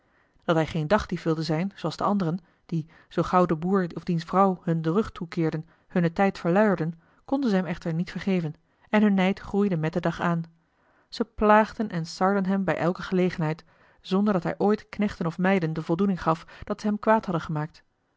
dat hij geen dagdief wilde zijn zooals de anderen die zoo gauw de boer of diens vrouw hun den rug toekeerden hunnen tijd verluierden konden ze hem echter niet vergeven en hun nijd groeide met den dag aan ze plaagden en sarden hem bij elke gelegenheid eli heimans willem roda zonder dat hij ooit knechten of meiden de voldoening gaf dat ze hem kwaad hadden gemaakt